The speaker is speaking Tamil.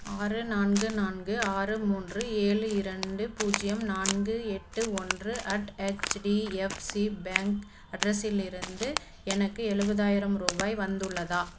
ஆறு நான்கு நான்கு ஆறு மூன்று ஏழு இரண்டு பூஜ்ஜியம் நான்கு எட்டு ஒன்று அட் ஹெச்டிஎஃப்சி பேங்க் அட்ரஸிலிருந்து எனக்கு எழுவதாயிரம் ரூபாய் வந்துள்ளதா